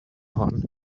horn